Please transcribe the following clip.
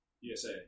USA